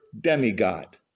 demigod